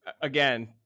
Again